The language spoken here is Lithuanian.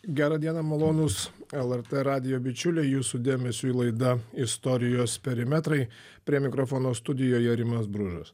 gerą dieną malonūs lrt radijo bičiuliai jūsų dėmesiui laida istorijos perimetrai prie mikrofono studijoje rimas bružas